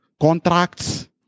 contracts